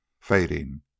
fading